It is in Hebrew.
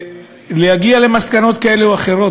ולהגיע למסקנות כאלה או אחרות.